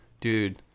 dude